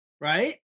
right